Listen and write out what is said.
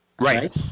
Right